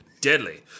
deadly